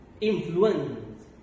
influence